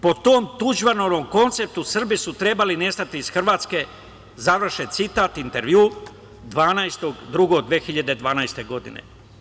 Po tom Tuđmanovom konceptu Srbi su trebali nestati iz Hrvatske“, završen citat 12.2.2012. godine.